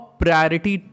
priority